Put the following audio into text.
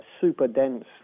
super-dense